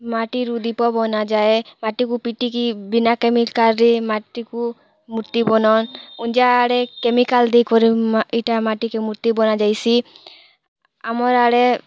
ମାଟିରୁ ଦୀପ ବନାଯାଏ ମାଟିକୁ ପିଟିକି ବିନା କେମିକାଲରେ ମାଟିକୁ ମୂର୍ତ୍ତି ବନନ୍ ଉନଜା ଆଡ଼େ କେମିକାଲ୍ ଦେଇକରି ଇଟା ମାଟିକେ ମୂର୍ତ୍ତି ବନାଯାଇସି ଆମର୍ ଆଡ଼େ